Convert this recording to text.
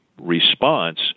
response